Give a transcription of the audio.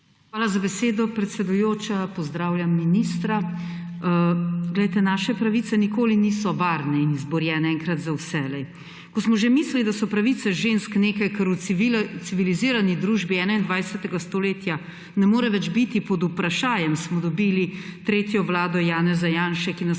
Hvala za besedo, predsedujoča. Pozdravljam ministra! Naše pravice nikoli niso varne in izborjene enkrat za vselej. Ko smo že mislili, da so pravice žensk nekaj, kar v civilizirani družbi 21. stoletja ne more več biti pod vprašajem, smo dobili tretjo vlado Janeza Janše, ki